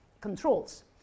controls